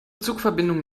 zugverbindungen